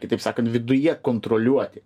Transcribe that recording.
kitaip sakant viduje kontroliuoti